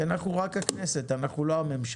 כי אנחנו רק הכנסת, אנחנו לא הממשלה,